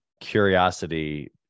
curiosity